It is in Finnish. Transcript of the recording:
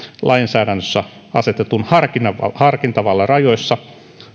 lainsäädännössä asetetun harkintavallan harkintavallan rajoissa